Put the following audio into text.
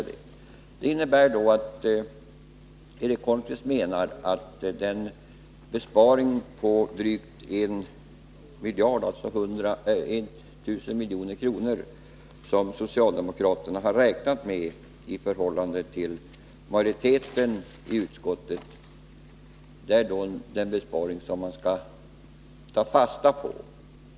Det innebär att Eric Holmqvist menar att den besparing på drygt 1000 milj.kr. som socialdemokraterna har räknat med i förhållande till majoriteten i utskottet är den besparing man skall ta fasta på.